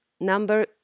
Number